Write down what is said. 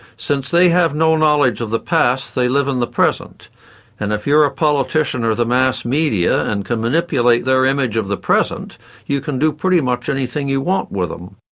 since they have no knowledge of the past they live in the present and if you're a politician or the mass media and can manipulate their image of the present you can do pretty much anything you want with them.